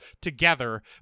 together